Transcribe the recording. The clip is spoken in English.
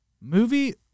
movie